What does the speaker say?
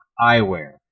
eyewear